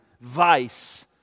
vice